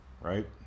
right